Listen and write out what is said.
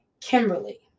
Kimberly